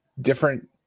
different